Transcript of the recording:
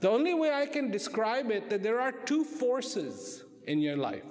the only way i can describe it that there are two forces in your life